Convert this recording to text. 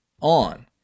on